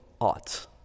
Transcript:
ought